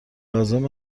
لازم